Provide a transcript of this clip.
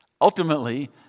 Ultimately